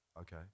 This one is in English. okay